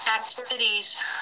activities